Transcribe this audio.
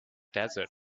desert